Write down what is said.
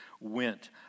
went